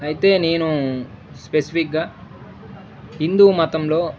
అయితే నేను స్పెసిఫిక్గా హిందూ మతంలో